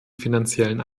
finanziellen